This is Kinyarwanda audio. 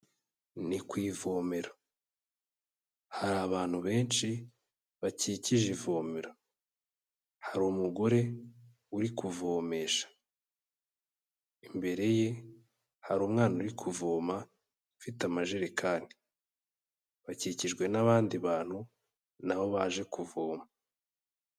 Ni ku ivomero, hari abantu benshi bakikije ivomero, hari umugore uri kuvomesha, imbere ye hari umwana uri kuvoma ufite amajerekani, bakikijwe n'abandi bantu naho baje kuvoma.